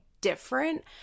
different